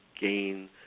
gain